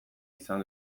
izan